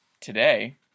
today